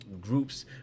groups